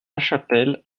lachapelle